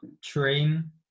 train